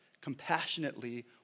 compassionately